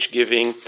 giving